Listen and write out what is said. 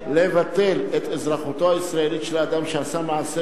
לבטל את אזרחותו הישראלית של אדם שעשה מעשה